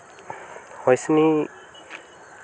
ᱦᱳᱥᱱᱤ